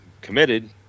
committed